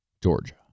Georgia